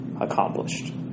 accomplished